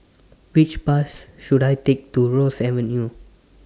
Which Bus should I Take to Ross Avenue